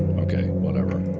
okay whatever.